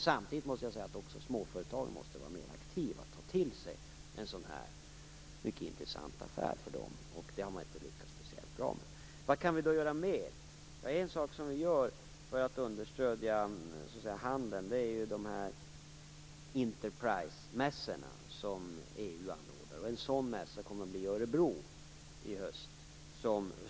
Samtidigt måste småföretagen vara mer aktiva och ta till sig en sådan här affär som är mycket intressant för dem, vilket de inte har lyckats speciellt bra med. Vad kan vi då göra mera? Jo, en sak som vi gör för att understödja handeln är arrangerandet av Interprice-mässor som EU anordnar. En sådan mässa kommer att anordnas den 9-10 oktober i Örebro i höst.